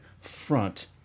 front